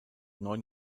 neun